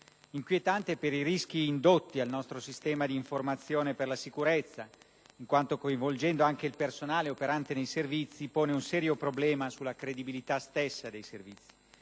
inquietante per i rischi indotti al nostro sistema di informazione per la sicurezza, in quanto, coinvolgendo anche il personale operante nei Servizi, pone un serio problema sulla credibilità stessa dei Servizi.